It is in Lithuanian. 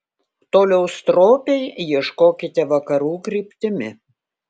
toliau stropiai ieškokite vakarų kryptimi